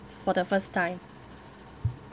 for the first time